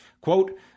Quote